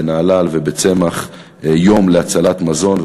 בנהלל ובצמח יום להצלת מזון,